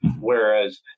Whereas